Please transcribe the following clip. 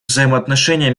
взаимоотношения